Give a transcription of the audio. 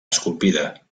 esculpida